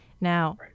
Now